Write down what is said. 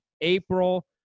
april